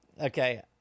Okay